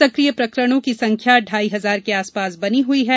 सक्रिय प्रकरणों की संख्या ढ़ाई हजार के आसपास बनी हुई है